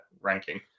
ranking